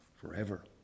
forever